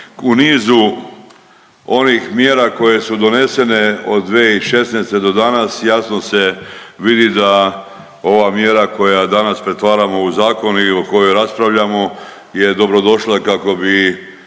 U nizu onih mjera koje su donesene od 2016. do danas, jasno se vidi da ova mjera koja danas pretvaramo u zakon i o kojoj raspravljamo je dobrodošla kako bi